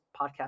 podcast